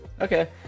Okay